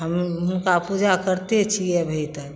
हम हुनका पूजा करिते छिए अभी तक